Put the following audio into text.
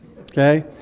okay